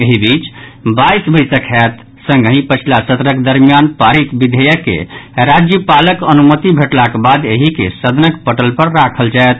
एहि बीच बाईस बैसक होयत संगहि पछिला सत्रक दरमियान पारित विधेयक के राज्यपालक अनुमति भेटलाक बाद एहि के सदनक पटल पर राखल जायत